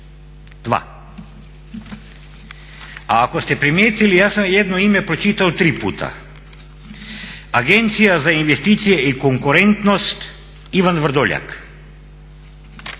Dva. A ako ste primijetili ja sam jedno ime pročitao tri puta. Agencija za investicije i konkurentnost Ivan Vrdoljak,